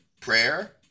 Prayer